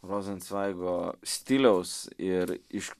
rozencveigo stiliaus ir iš